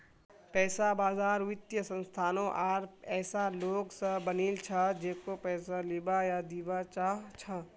पैसा बाजार वित्तीय संस्थानों आर ऐसा लोग स बनिल छ जेको पैसा लीबा या दीबा चाह छ